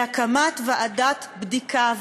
להקמת ועדת בדיקה,